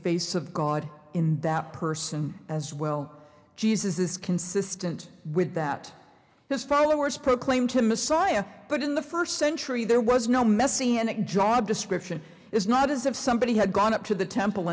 face of god in that person as well jesus is consistent with that his followers proclaim to messiah but in the first century there was no messianic job description it's not as if somebody had gone up to the temple